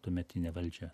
tuometinė valdžia